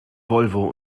volvo